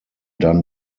dann